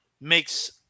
makes